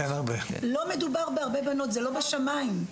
לא מדבור בהרבה בנות, זה לא בשמיים.